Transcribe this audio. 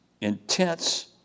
intense